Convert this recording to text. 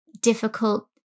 difficult